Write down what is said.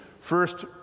First